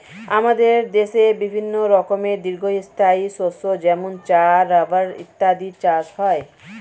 আমাদের দেশে বিভিন্ন রকমের দীর্ঘস্থায়ী শস্য যেমন চা, রাবার ইত্যাদির চাষ হয়